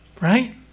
Right